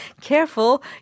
careful